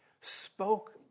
spoke